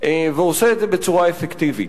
ועושה את זה בצורה אפקטיבית.